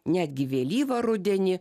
netgi vėlyvą rudenį